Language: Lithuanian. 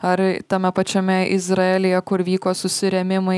ar tame pačiame izraelyje kur vyko susirėmimai